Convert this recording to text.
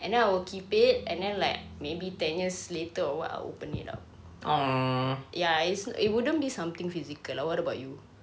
and then I will keep it and then like maybe ten years later or what I'll open it up ya it's no~ it wouldn't be something physical lah what about you